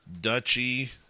duchy